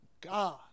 God